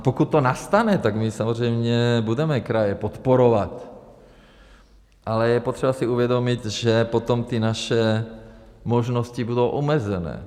Pokud to nastane, tak samozřejmě budeme kraje podporovat, ale je potřeba si uvědomit, že potom naše možnosti budou omezené.